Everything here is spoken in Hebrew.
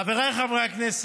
חבריי חברי הכנסת,